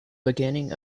beginning